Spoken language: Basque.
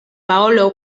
paolo